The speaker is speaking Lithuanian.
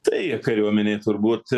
tai kariuomenei turbūt